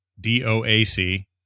D-O-A-C